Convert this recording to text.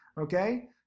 okay